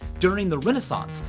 during the renaissance,